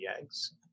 eggs